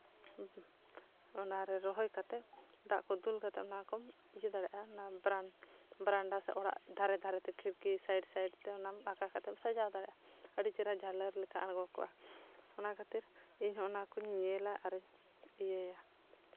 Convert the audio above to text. ᱚᱱᱟᱨᱮ ᱨᱚᱦᱚᱭ ᱠᱟᱛᱮ ᱫᱟᱜ ᱠᱚ ᱫᱩᱞ ᱠᱟᱛᱮ ᱚᱱᱟ ᱠᱚᱢ ᱤᱭᱟᱹ ᱫᱟᱲᱮᱭᱟᱜᱼᱟ ᱵᱟᱨᱮᱱ ᱵᱟᱨᱮᱱᱫᱟ ᱥᱮ ᱚᱲᱟᱜ ᱫᱷᱟᱨᱮ ᱫᱷᱟᱨᱮ ᱛᱮ ᱠᱷᱤᱲᱠᱤ ᱥᱟᱭᱤᱰ ᱥᱟᱭᱤᱰ ᱛᱮ ᱚᱱᱟᱢ ᱟᱸᱠᱟ ᱠᱟᱛᱮᱢ ᱥᱟᱡᱟᱣ ᱫᱟᱲᱮᱭᱟᱜᱼᱟ ᱟᱹᱰᱤ ᱪᱮᱦᱨᱟ ᱡᱷᱟᱞᱟᱨ ᱞᱮᱠᱟ ᱟᱬᱜᱚ ᱠᱚᱜᱼᱟ ᱚᱱᱟ ᱠᱷᱟᱹᱛᱤᱨ ᱤᱧᱦᱚᱸ ᱚᱱᱟ ᱠᱚᱧ ᱧᱮᱞᱟ ᱤᱭᱟᱹᱭᱟ